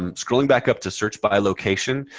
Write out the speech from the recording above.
and scrolling back up to search by location,